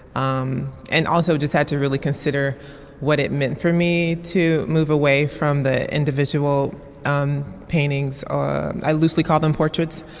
um and also just had to really consider what it meant for me to move away from the individual um paintings ah i loosely call them portraits